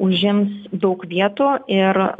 užims daug vietų ir